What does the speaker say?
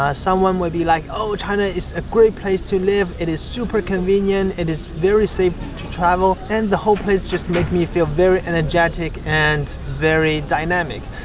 ah someone may be like oh, china is a great place to live, it is super convenient, it is very safe to travel, and the whole place just makes me feel very energetic and very dynamic.